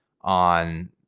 on